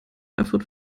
erfurt